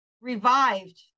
revived